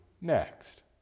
next